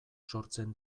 sortzen